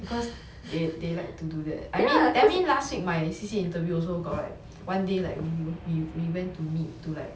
cause they they like to do that I mean I mean last week my C_C_A interview also got like one day like we we we went to meet to like